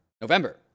November